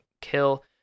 kill